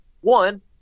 one